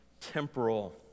temporal